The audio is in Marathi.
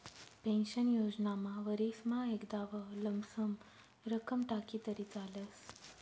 पेन्शन योजनामा वरीसमा एकदाव लमसम रक्कम टाकी तरी चालस